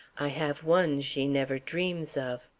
i have one she never dreams of.